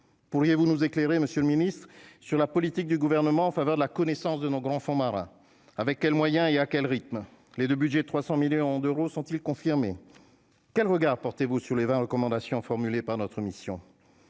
pourriez-vous nous éclairer Monsieur le Ministre, sur la politique du gouvernement en faveur de la connaissance de nos grands fonds marins avec quels moyens et à quel rythme les 2 budget 300 millions d'euros sont-ils confirmer, quel regard portez-vous sur les 20 recommandations formulées par notre mission